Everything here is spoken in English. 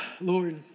Lord